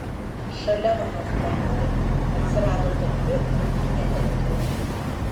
šalia vonios kambario atsirado talpi ūkinė erdvė